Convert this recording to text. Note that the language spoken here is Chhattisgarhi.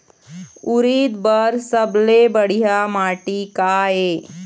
उरीद बर सबले बढ़िया माटी का ये?